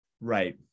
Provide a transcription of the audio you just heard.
Right